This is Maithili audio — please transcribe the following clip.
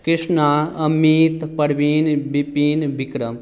कृष्णा अमित प्रवीण बिपिन बिक्रम